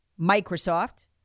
Microsoft